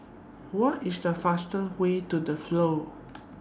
What IS The faster Way to The Flow